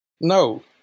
No